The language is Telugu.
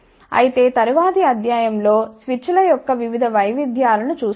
అయితే తరువాతి అధ్యాయం లో స్విచ్ల యొక్క వివిధ వైవిధ్యాలను చూస్తాము